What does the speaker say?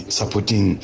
supporting